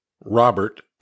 robert